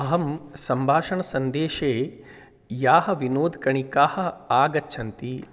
अहं सम्भाषणसन्देशे याः विनोदकणिकाः आगच्छन्ति